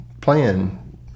plan